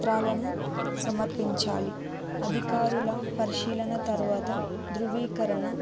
పత్రాలను సమర్పించాలి అధికారుల పరిశీలన తర్వాత ధృవీకరణ